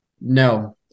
No